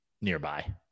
nearby